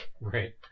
Right